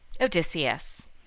Odysseus